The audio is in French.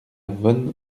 vosne